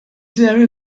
there